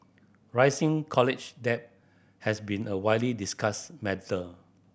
rising college debt has been a widely discussed matter